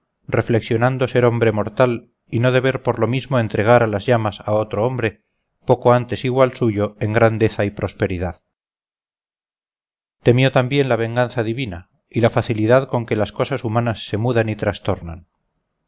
reflexionando ser hombre mortal y no deber por lo mismo entregar a las llamas a otro hombre poco antes igual suyo en grandeza y prosperidad temió también la venganza divina y la facilidad con que las cosas humanas se mudan y trastornan